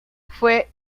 fue